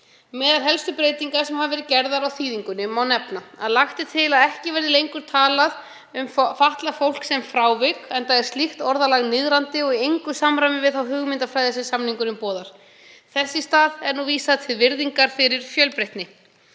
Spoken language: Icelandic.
Meðal helstu breytinga sem gerðar hafa verið á þýðingunni má nefna að lagt er til að ekki verði lengur talað um fatlað fólk sem frávik, enda er slíkt orðalag niðrandi og í engu samræmi við þá hugmyndafræði sem samningurinn boðar. Þess í stað er vísað til virðingar fyrir fjölbreytni.